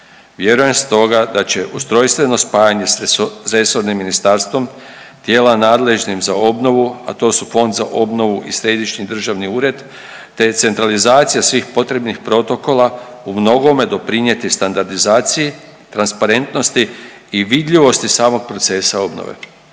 Vjerujem stoga da će ustrojstveno spajanje s resornim ministarstvom dijela nadležnim za obnovu, a to su Fond za obnovu i Središnji državni ured te centralizacija svih potrebnih protokola umnogome doprinijeti standardizaciji, transparentnosti i vidljivosti samog procesa obnove.